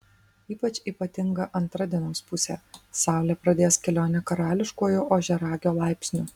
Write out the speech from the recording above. ypač ypatinga antra dienos pusė saulė pradės kelionę karališkuoju ožiaragio laipsniu